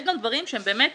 יש גם דברים שהם באמת